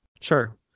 Sure